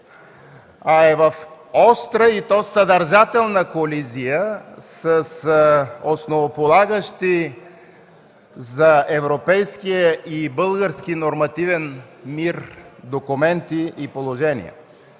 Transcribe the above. а е в остра и то съдържателна колизия с основополагащи за европейския и български нормативен мир документи и положение.